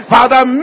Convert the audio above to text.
Father